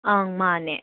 ꯑꯪ ꯃꯥꯅꯦ